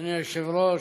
אדוני היושב-ראש,